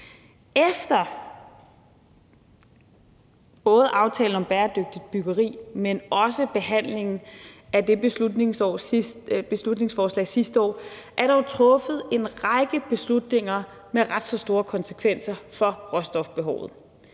både aftalen om bæredygtigt byggeri, men også behandlingen af det beslutningsforslag sidste år, er der jo truffet en række beslutninger med ret så store konsekvenser for råstofbehovet